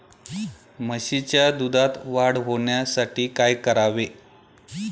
म्हशीच्या दुधात वाढ होण्यासाठी काय करावे?